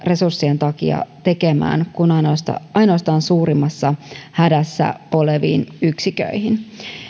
resurssien takia tekemään kuin ainoastaan suurimmassa hädässä oleviin yksiköihin